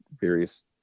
various